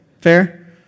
Fair